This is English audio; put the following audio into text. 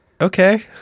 Okay